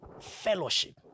Fellowship